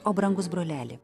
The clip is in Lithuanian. o brangus broleli